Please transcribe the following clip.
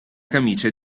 camicia